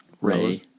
Ray